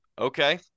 Okay